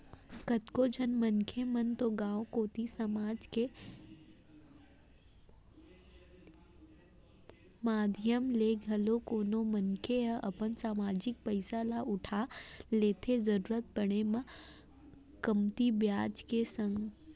कतको झन मनसे मन तो गांव कोती समाज के माधियम ले घलौ कोनो मनसे ह अपन समाजिक पइसा ल उठा लेथे जरुरत पड़े म कमती बियाज के संग